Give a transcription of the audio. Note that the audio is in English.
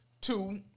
Two